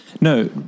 No